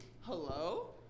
Hello